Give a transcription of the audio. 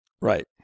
Right